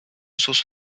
sus